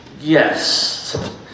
yes